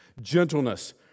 Gentleness